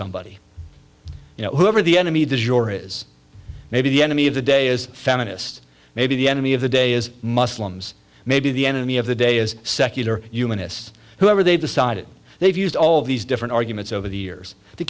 somebody you know whoever the enemy does your is maybe the enemy of the day is feminist maybe the enemy of the day is muslims maybe the enemy of the day is secular humanists whoever they decided they've used all these different arguments over the years to